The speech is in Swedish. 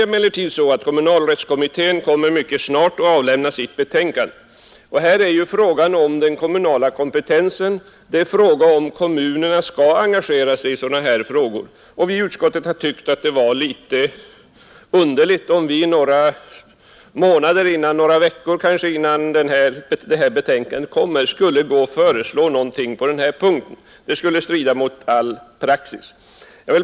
Emellertid är frågan, huruvida kommunerna skall engagera sig i sådana ärenden, en fråga om den kommunala kompetensen, och kommunalrättskommittén skall mycket snart avlämna sitt betänkande. Utskottet har ansett att det skulle vara litet underligt om vi bara några månader eller kanske några veckor innan detta betänkande framläggs skulle föreslå någon åtgärd på denna punkt. Det skulle strida mot all praxis.